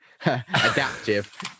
adaptive